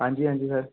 आं जी आं जी सर